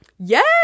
Yes